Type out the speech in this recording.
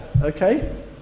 Okay